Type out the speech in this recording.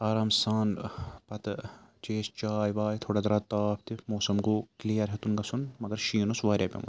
آرام سان پَتہٕ چے اَسہِ چاے واے تھوڑا درٛاو تاپھ تہِ موسم گوٚو کِلیَر ہیٚوتُن گژھُن مگر شیٖن اوس واریاہ پیوٚمُت